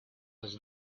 was